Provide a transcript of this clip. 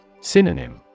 Synonym